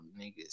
niggas